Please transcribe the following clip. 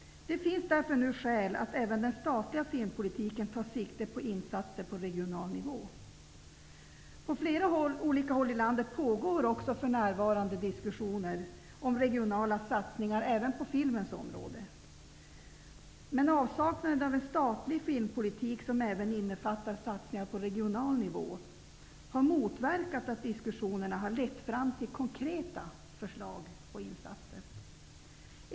Det finns därför nu skäl för att även den statliga filmpolitiken skall ta sikte på insatser på regional nivå. På flera olika håll i landet pågår för närvarande diskussioner om regionala satsningar även på filmens område. Avsaknaden av en statlig filmpolitik, som även innefattar satsningar på regional nivå, har motverkat att diskussionerna har lett fram till konkreta förslag och insatser.